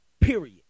period